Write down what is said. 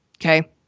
Okay